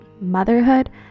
motherhood